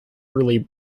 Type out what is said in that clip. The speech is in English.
early